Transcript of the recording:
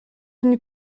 une